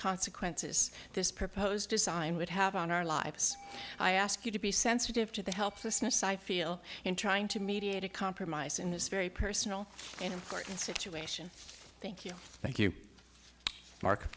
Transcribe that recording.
consequences this proposed design would have on our lives i ask you to be sensitive to the helplessness i feel in trying to mediate a compromise in this very personal and important situation thank you thank you mark